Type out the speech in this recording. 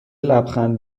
لبخند